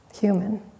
human